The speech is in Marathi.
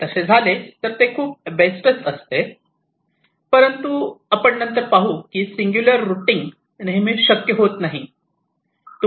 तसे झालेत तर ते खूप बेस्ट असेल परंतु आपण नंतर पाहू की सिंगुलर रुटींग नेहमी शक्य होत नाही